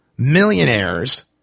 millionaires